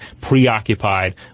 preoccupied